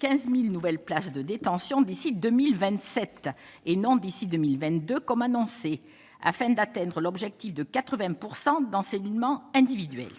15000 nouvelles places de détention d'ici 2027 et non d'ici 2022 comme annoncé afin d'atteindre l'objectif de 80 pourcent d'encellulement individuel